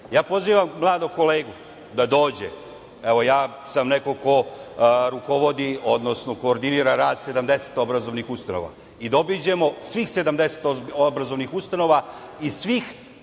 pričao. Pozivam mladog kolegu da dođe, evo ja sam neko ko rukovodi, odnosno koordinira rad 70 obrazovnih ustanova i da obiđemo svih 70 obrazovnih ustanova i svih